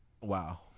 Wow